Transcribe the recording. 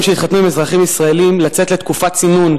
שהתחתנו עם אזרחים ישראלים לצאת לתקופת צינון,